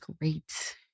great